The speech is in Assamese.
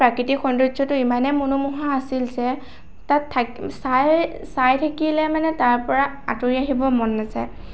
প্ৰাকৃতিক সৌন্দৰ্যটো ইমানেই মনোমোহা আছিল যে তাক চাই চাই থাকিলে মানে তাৰ পৰা আঁতৰি আহিব মন নেযায়